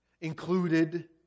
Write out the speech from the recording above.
Included